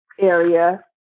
area